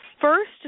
first